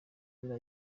ari